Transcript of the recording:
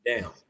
down